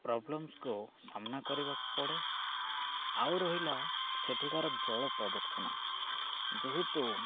ପ୍ରୋବ୍ଲେମ୍ସକୁ ସାମ୍ନା କରିବାକୁ ପଡ଼େ ଆଉ ରହିଲା ସେଠିକାର ଜଳ ପ୍ରଦର୍ଶନ ଯେହେତୁ